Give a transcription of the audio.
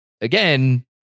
again